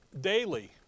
daily